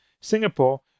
Singapore